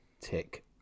tick